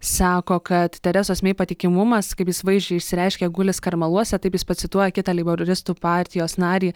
sako kad teresos mey patikimumas kaip jis vaizdžiai išsireiškė guli skarmaluose taip jis pacituoja kitą leiboristų partijos narį